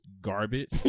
garbage